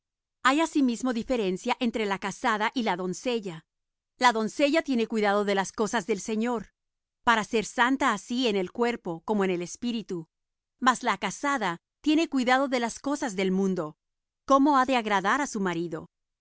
hay asimismo diferencia entre la casada y la doncella la doncella tiene cuidado de las cosas del señor para ser santa así en el cuerpo como en el espíritu mas la casada tiene cuidado de las cosas del mundo cómo ha de agradar á su marido